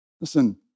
Listen